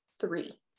three